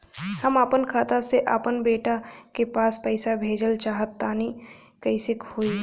हम आपन खाता से आपन बेटा के पास पईसा भेजल चाह तानि कइसे होई?